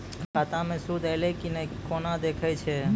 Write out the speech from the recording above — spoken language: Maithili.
खाता मे सूद एलय की ने कोना देखय छै?